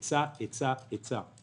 היצע, היצע, היצע.